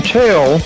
tell